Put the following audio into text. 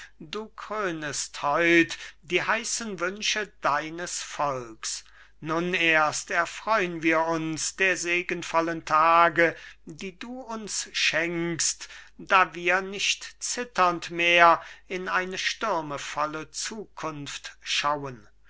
du krönest heut die heißen wünsche deines volks nun erst erfreun wir uns der segenvollen tage die du uns schenkst da wir nicht zitternd mehr in ein stürmevolle zukunft schauen